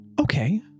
Okay